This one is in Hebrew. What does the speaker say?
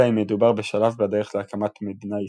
אלא אם מדובר בשלב בדרך להקמת מדינה אסלאמית.